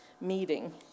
meeting